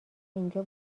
اینجا